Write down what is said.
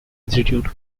institute